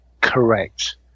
correct